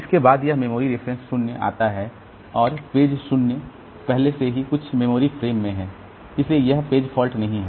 इसके बाद यह मेमोरी रेफरेंस 0 आता है और पेज 0 पहले से ही कुछ मेमोरी फ्रेम में है इसलिए यह पेज फॉल्ट नहीं है